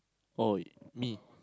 oh mee